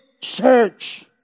church